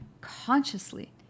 consciously